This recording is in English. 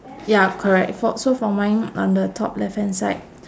ya correct for so mine on the top left hand side